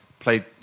Played